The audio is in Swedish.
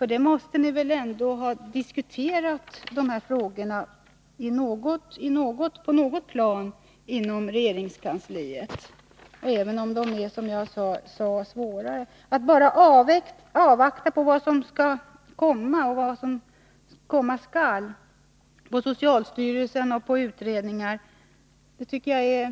Ni måste väl ändå ha diskuterat dessa frågor på något plan inom regeringskan sliet, även om de är svåra, som jag sade. Att ni bara avvaktar vad som komma skall inom socialstyrelsen och inom utredningar gör